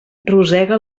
rosega